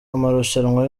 amarushanwa